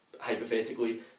hypothetically